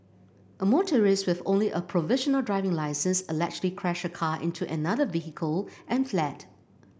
a motorist with only a provisional driving licence allegedly crashed a car into another vehicle and fled